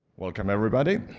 welcome everybody.